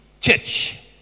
church